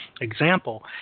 example